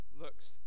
looks